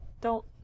Don't-